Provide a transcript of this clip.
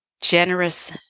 generous